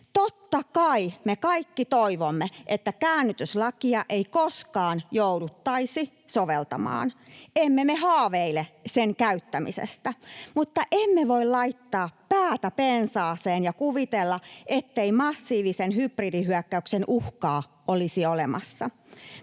Totta kai me kaikki toivomme, että käännytyslakia ei koskaan jouduttaisi soveltamaan. Emme me haaveile sen käyttämisestä, mutta emme voi laittaa päätä pensaaseen ja kuvitella, ettei massiivisen hybridihyökkäyksen uhkaa olisi olemassa.